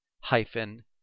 hyphen